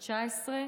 בכנסת התשע-עשרה